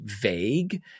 vague